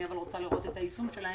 אבל אני רוצה לראות את היישום שלהם.